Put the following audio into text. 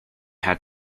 had